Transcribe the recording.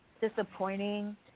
disappointing